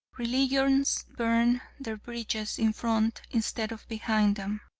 religions burn their bridges in front instead of behind them.